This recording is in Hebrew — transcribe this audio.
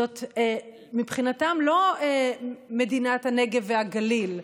זאת מבחינתם לא מדינת הנגב והגליל,